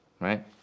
right